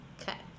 Okay